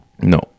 No